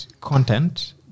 content